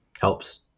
helps